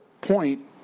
point